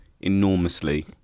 enormously